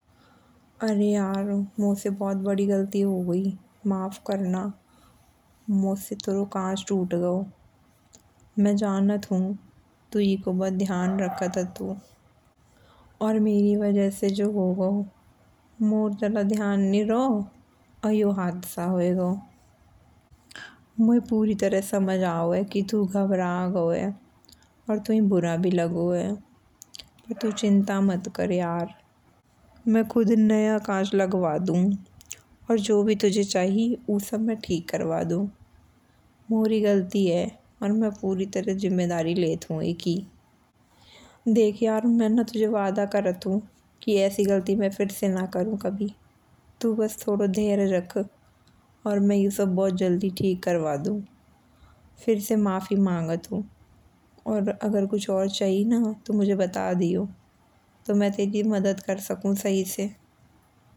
अरे यार मोसे बहुत बड़ी गलती हो गई माफ करना। मोसे तो कांच टूट गओ। मैं जानत हूँ तू एको बहुत ध्यान रखत हतो। और मेरी वजह से जो हो गओ। मो ज्यादा ध्यान नी गओ और यो हादसा हुए गओ। मयै पूरी तरह समझ आओ है कि तू पूरी तरह घबरा गओ है। और तूही बुरा भी लागो है। पर तू चिंता मत कर यार मैं खुद नया कांच लगवा दू। और जो भी तुझे चाही ऊ सब मैं ठीक करवा दू। मोरी गलती है और मैं पूरी तरह जिम्मेदारी लेत हूँ एकी। देख यार मैं ना तुझे वादा करत हूँ कि ऐसी गलती मैं फिर से ना करूँ कभी। तू बस थोड़ो धैर्य रख। और मैं ई सब बहुत जल्दी ठीक करवा दू। फिर से माफ़ी माँगत हूँ और अगर कुछ और चाहिये ना तो मोये बता दियो। तो मैं तेरी मदद कर सकूं सही से।